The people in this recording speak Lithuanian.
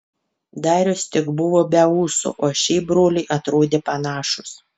darius tik buvo be ūsų o šiaip broliai atrodė panašūs